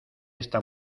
esta